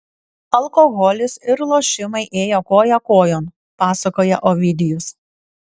alkoholis ir lošimai ėjo koja kojon pasakoja ovidijus